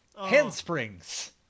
handsprings